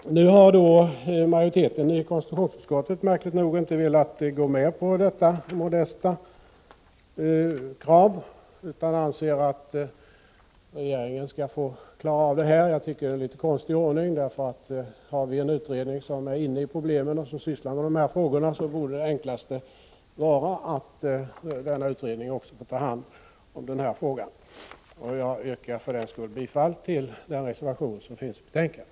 Märkligt nog har majoriteten i konstitutionsutskottet inte velat gå med på detta modesta krav utan anser att regeringen skall få klara av detta. Jag tycker det är en litet konstig ordning. När vi nu har en utredning som sysslar med de här frågorna och är insatt i problemen, så vore det naturliga att den fick ta hand om även denna. Jag yrkar bifall till den reservation som är fogad till betänkandet.